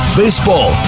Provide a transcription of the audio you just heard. baseball